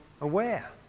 aware